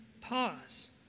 pause